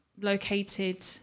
located